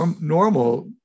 normal